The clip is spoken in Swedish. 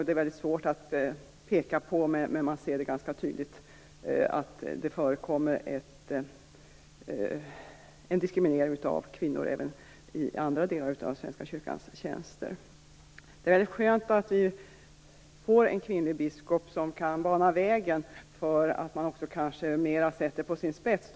Det är svårt att peka på, men man ser ganska tydligt att det förekommer en diskriminering av kvinnor även i andra delar av Svenska kyrkans tjänster. Det är skönt att vi får en kvinnlig biskop, som kan bana vägen för att också sätta de här frågorna mer på sin spets.